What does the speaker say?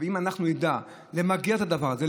אז אם אנחנו נדע למגר את הדבר הזה,